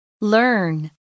Learn